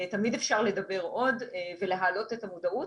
תמיד אפשר לדבר עוד ולהעלות את המודעות,